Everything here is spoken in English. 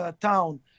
town